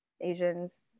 Asians